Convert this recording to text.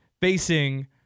facing